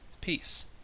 peace